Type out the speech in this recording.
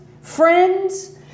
friends